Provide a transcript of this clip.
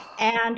and-